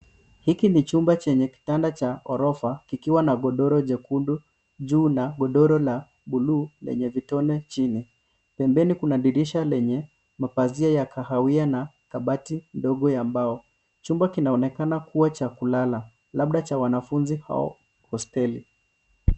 Hiki ni chumba chenye kitanda cha ghorofa, kikiwa na godoro jekundu juu na godoro la buluu lenye vitone chini. Pembeni kuna dirisha lenye mapazia ya kahawia na kabati ndogo ya mbao. Chumba kinaonekana cha kulala, labda cha wanafunzi au hosteli.